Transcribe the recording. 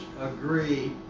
agree